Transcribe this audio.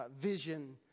vision